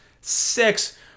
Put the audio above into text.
six